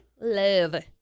love